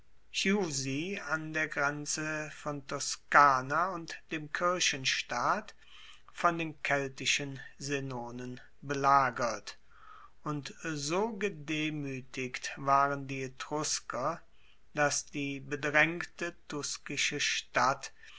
an der grenze von toskana und dem kirchenstaat von den keltischen senonen belagert und so gedemuetigt waren die etrusker dass die bedraengte tuskische stadt